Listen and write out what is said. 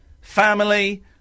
family